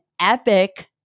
epic